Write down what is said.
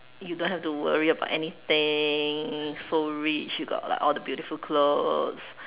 you don't have to worry about anything so rich you got like all the beautiful clothes